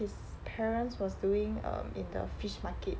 his parents was doing err in the fish market